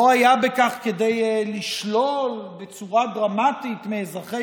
לא היה בכך כדי לשלול בצורה דרמטית מאזרחי